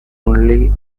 only